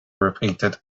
repeated